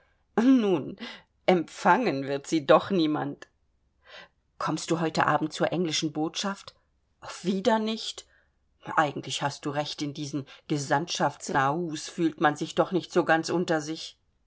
nun empfangen wird sie doch niemand kommst du heute abend zur englischen botschaft wieder nicht eigentlich hast du recht in diesen gesandtschafts raouts fühlt man sich doch nicht so ganz unter sich